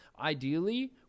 ideally